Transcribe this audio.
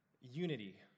unity